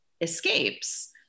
escapes